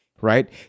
right